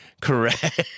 Correct